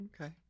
Okay